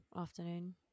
afternoon